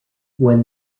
when